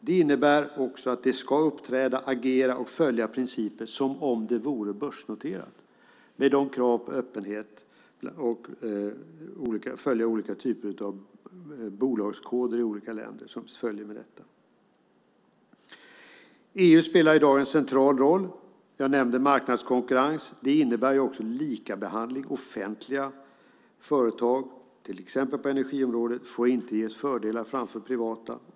Det innebär att det ska uppträda, agera och följa principer som om det vore börsnoterat, med krav på öppenhet, och följa olika typer av bolagskoder i olika länder som följer med detta. EU spelar i dag en central roll. Jag nämnde marknadskonkurrens. Det innebär också likabehandling. Offentliga företag, till exempel på energiområdet, får inte ges fördelar i förhållande till privata.